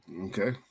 Okay